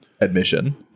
admission